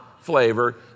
flavor